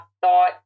thought